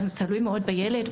זה תלוי מאוד בילד,